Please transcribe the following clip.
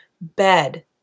bed